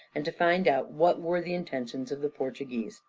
and to find out what were the intentions of the portuguese.